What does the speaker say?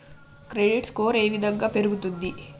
Credit score ఏ విధంగా పెరుగుతుంది?